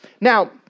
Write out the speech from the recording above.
Now